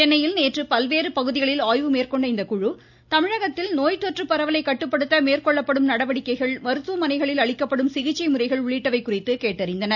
சென்னையில் நேற்று பல்வேறு பகுதிகளில் ஆய்வு மேற்கொண்ட இக்குழு தமிழகத்தில் நோய்த்தொற்று பரவலை கட்டுப்படுத்த மேற்கொள்ளப்படும் நடவடிக்கைகள் மருத்துவமனைகளில் அளிக்கப்படும் சிகிச்சை முறைகள் உள்ளிட்டவை குறித்து கேட்டறிந்தனர்